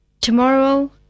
Tomorrow